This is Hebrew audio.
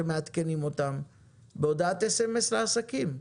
ומעדכנים אותם בהודעת סמ"ס לעסקים.